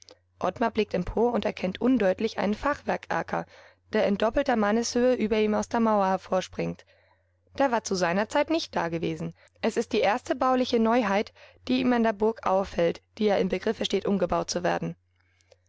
ottmar blickt empor und erkennt undeutlich einen fachwerkerker der in doppelter manneshöhe über ihm aus der mauer hervorspringt der war zu seiner zeit nicht da gewesen es ist die erste bauliche neuheit die ihm an der burg auffällt die ja im begriffe steht umgebaut zu werden